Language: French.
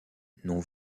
non